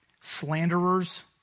slanderers